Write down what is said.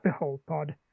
BeholdPod